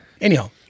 anyhow